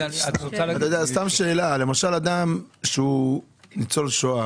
אדם הוא ניצול שואה